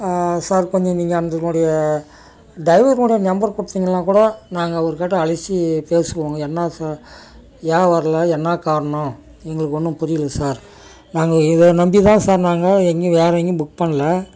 sir கொஞ்சம் நீங்கள் அந்தனுடைய டிரைவருனுடைய நம்பர் கொடுத்தீங்கன்னா கூட நாங்கள் அவர்கிட்ட அழைச்சி பேசுவோங்க என்ன சார் ஏன் வரல என்ன காரணம் எங்களுக்கு ஒன்றும் புரியல சார் நாங்கள் இதை நம்பிதான் சார் நாங்கள் எங்கேயும் வேறு எங்கேயும் புக் பண்ணல